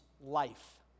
life